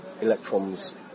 electrons